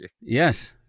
Yes